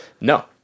No